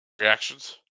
Reactions